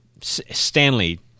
Stanley